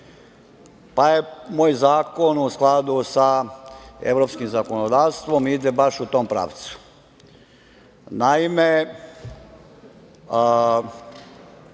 pa moj zakon, u skladu sa evropskim zakonodavstvom, ide baš u tom pravcu. Naime,